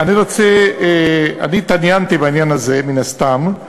אני התעניינתי בזה, מן הסתם,